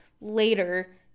later